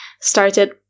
started